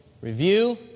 review